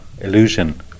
illusion